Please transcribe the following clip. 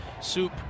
Soup